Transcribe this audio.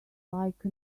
like